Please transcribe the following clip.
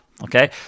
Okay